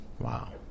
Wow